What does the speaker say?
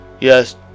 Yes